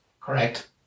Correct